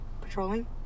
patrolling